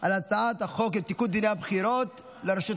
על הצעת חוק לתיקון דיני הבחירות לרשויות